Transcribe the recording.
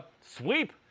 sweep